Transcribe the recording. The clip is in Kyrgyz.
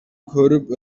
көрүп